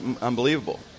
unbelievable